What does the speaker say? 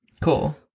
Cool